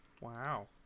Wow